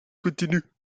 continu